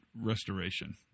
restoration